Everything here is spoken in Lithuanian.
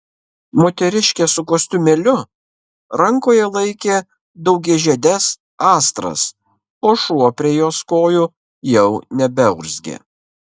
moteriškė su kostiumėliu rankoje laikė daugiažiedes astras o šuo prie jos kojų jau nebeurzgė